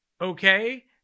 okay